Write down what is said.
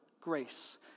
grace